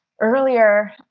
earlier